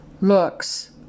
looks